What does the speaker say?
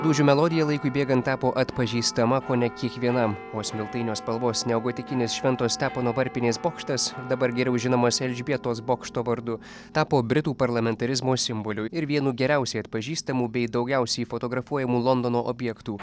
dūžių melodija laikui bėgant tapo atpažįstama kone kiekvienam o smiltainio spalvos neogotikinis švento stepono varpinės bokštas dabar geriau žinomas elžbietos bokšto vardu tapo britų parlamentarizmo simboliu ir vienu geriausiai atpažįstamų bei daugiausiai fotografuojamų londono objektų